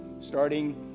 starting